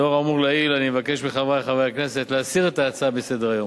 לאור האמור לעיל אני מבקש מחברי חברי הכנסת להסיר את ההצעה מסדר-היום.